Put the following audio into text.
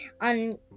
on